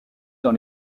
dans